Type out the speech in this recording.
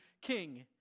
king